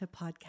podcast